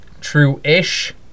true-ish